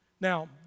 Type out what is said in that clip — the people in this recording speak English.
Now